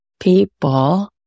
People